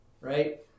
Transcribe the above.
right